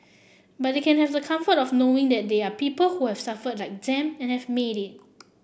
but they can have the comfort of knowing that there are people who suffered like them and have made it